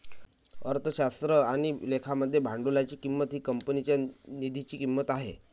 अर्थशास्त्र आणि लेखा मध्ये भांडवलाची किंमत ही कंपनीच्या निधीची किंमत आहे